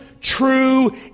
true